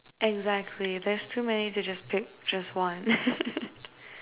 exactly there's too many to just pick just one